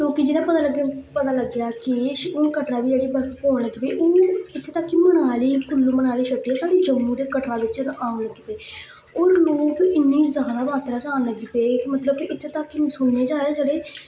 लोकें पता ल पता लग्गेआ कि हून कटरा बी बर्फ पौन लगी पे इत्थें तक मनाली कुल्लू मनाली छड्डी साढ़े जम्मू दे कटरा बिच आन लगी पे ओह् लोक इन्नी जादा मात्तराा जान लगी पे मतलब कि इत्थें तक सुनने च आया कि जेह्ड़े